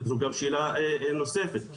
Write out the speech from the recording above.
זו גם שאלה נוספת.